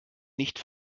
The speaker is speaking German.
nicht